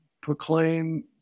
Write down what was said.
proclaim